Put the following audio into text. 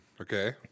Okay